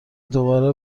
دوباره